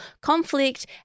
conflict